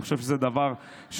אני חושב שזה דבר מחפיר.